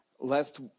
last